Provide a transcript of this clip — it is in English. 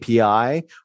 API